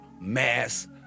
mass